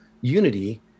Unity